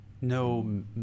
No